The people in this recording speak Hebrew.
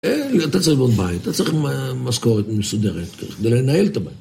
אתה צריך לבנות בית, אתה צריך משכורת מסודרת ככה, ולנהל את הבית